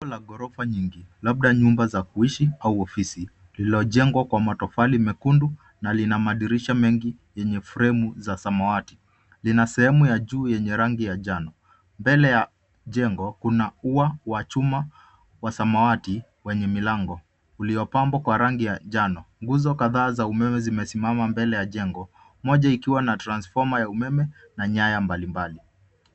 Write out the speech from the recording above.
Jengo la ghrofa nyingi labda nyumba za kuishi au ofisi lilojengwa kwa matofali mekundu na lina madirisha mengi yenye fremu za samawati lina sehemu ya juu yenye rangi ya njano. Mbele ya jengo kuna ua wa chuma wa samawati wenye milango uliopambwa kwa rangi ya njano ,nguzo kadhaa za umeme zimesimama mbele ya jengo moja ikiwa na transfoma ya umeme na nyaya mbali mbali.